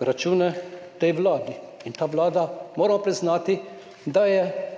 račune tej vladi in ta vlada, moramo priznati, je